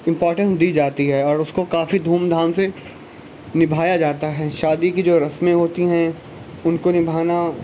important دی جاتی ہے اور اس کو کافی اس کو دھوم دھام سے نبھایا جاتا ہے شادی کی جو رسمیں ہوتی ہیں ان کو نبھانا